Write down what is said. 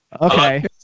Okay